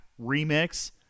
remix